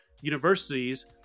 universities